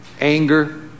anger